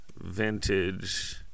vintage